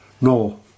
No